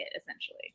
essentially